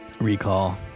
recall